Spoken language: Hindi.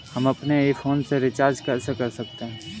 हम अपने ही फोन से रिचार्ज कैसे कर सकते हैं?